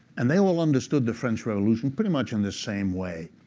and they all understood the french revolution pretty much in the same way,